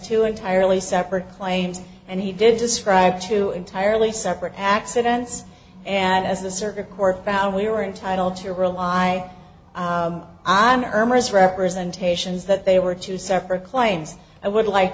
two entirely separate claims and he did describe two entirely separate accidents and as the circuit court found we were entitled to rely on erma's representations that they were two separate claims i would like